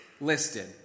listed